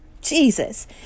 Jesus